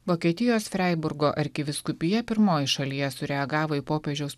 vokietijos freiburgo arkivyskupija pirmoji šalyje sureagavo į popiežiaus